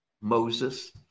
Moses